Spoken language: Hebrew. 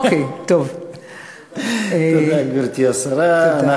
תודה, גברתי השרה.